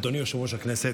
אדוני יושב-ראש הכנסת,